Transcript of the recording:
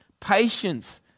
patience